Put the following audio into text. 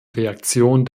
reaktion